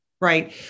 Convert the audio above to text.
Right